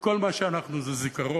כל מה שאנחנו זה זיכרון.